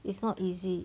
it's not easy